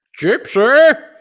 Gypsy